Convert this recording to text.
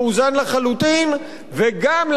וגם להעלות בצורה ניכרת,